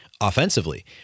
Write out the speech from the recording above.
offensively